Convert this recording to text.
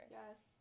Yes